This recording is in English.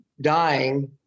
dying